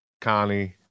Connie